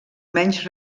menys